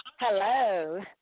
Hello